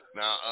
now